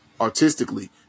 artistically